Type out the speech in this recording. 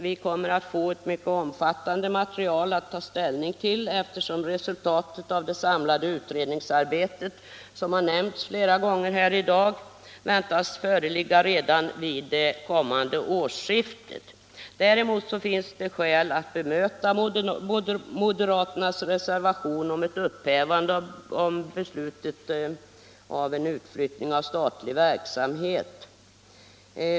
Vi kommer att få ett mycket omfattande material att ta ställning till, eftersom resultatet av det samlade utredningsarbetet, som nämnts flera gånger här i dag, väntas föreligga redan vid kommande årsskifte. Däremot finns det skäl att bemöta moderaternas reservation om ett upphävande av beslutet om utflyttning av statlig verksamhet.